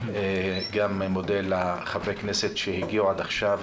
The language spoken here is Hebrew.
אני גם מודה לחברי הכנסת שהגיעו עד עכשיו,